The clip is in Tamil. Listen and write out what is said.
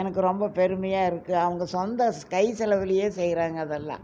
எனக்கு ரொம்ப பெருமையாக இருக்குது அவங்க சொந்த கை செலவிலயே செய்யறாங்க அதெல்லாம்